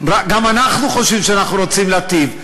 גם אנחנו חושבים שאנחנו רוצים להיטיב,